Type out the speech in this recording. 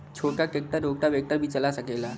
छोटा tractor rotavator भी चला सकेला?